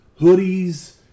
Hoodies